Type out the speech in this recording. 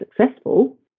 successful